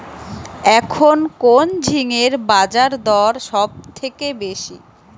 এখন কোন ঝিঙ্গের বাজারদর সবথেকে বেশি?